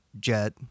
jet